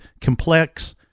complex